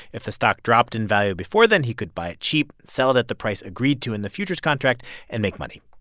if the stock dropped in value before then, he could buy it cheap, sell it at the price agreed to in the futures contract and make money.